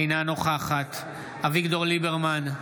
אינה נוכחת אביגדור ליברמן,